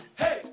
hey